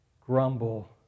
grumble